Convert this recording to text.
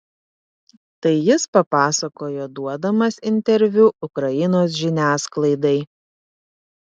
tai jis papasakojo duodamas interviu ukrainos žiniasklaidai